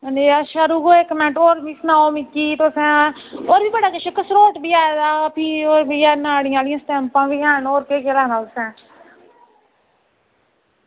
होर इक्क मिंट रुको होर बी सनाओ मिगी तुसें होर बी बड़ा किश कसरोड़ बी आए दा नालियां चम्पां बी हैन होर केह् लैना तुसें